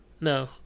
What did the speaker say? No